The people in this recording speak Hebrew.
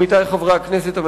עמיתי חברי הכנסת,